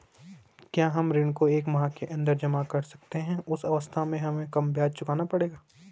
क्या हम ऋण को एक माह के अन्दर जमा कर सकते हैं उस अवस्था में हमें कम ब्याज चुकाना पड़ेगा?